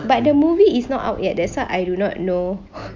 but the movie is not out yet that's why I do not know